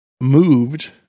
moved